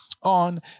on